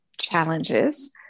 challenges